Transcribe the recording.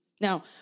Now